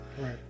Right